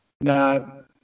no